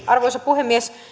arvoisa puhemies